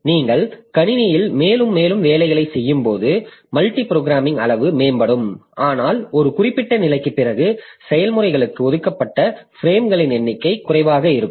நீங்கள் கணினியில் மேலும் மேலும் வேலைகளைச் செய்யும்போது மல்டி புரோகிராமிங் அளவு மேம்படும் ஆனால் ஒரு குறிப்பிட்ட நிலைக்குப் பிறகு செயல்முறைகளுக்கு ஒதுக்கப்பட்ட பிரேம்களின் எண்ணிக்கை குறைவாகவே இருக்கும்